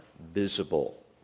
visible